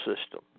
system